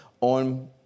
on